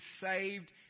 saved